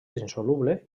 insoluble